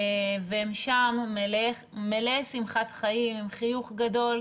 והם שם מלאי שמחת חיים, עם חיוך גדול.